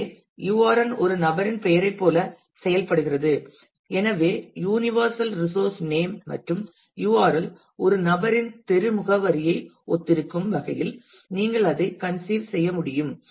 எனவே யுஆர்என் ஒரு நபரின் பெயரைப் போல செயல்படுகிறது எனவே யுனிவர்சல் ரிசோஸ் நேம் மற்றும் URL ஒரு நபரின் தெரு முகவரியை ஒத்திருக்கும் வகையில் நீங்கள் அதை கன்சீவ் செய்ய முடியும்